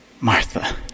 Martha